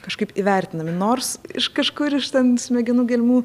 kažkaip įvertinami nors iš kažkur iš ten smegenų gelmių